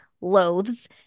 loathes